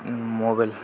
mobile